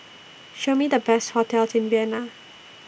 Show Me The Best hotels in Vienna